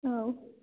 औ